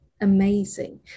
amazing